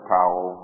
Powell